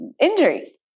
injury